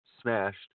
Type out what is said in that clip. smashed